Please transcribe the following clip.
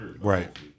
Right